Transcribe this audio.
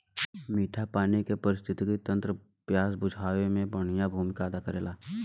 मीठा पानी के पारिस्थितिकी तंत्र प्यास बुझावे में बड़ियार भूमिका अदा करेला